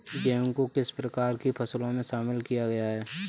गेहूँ को किस प्रकार की फसलों में शामिल किया गया है?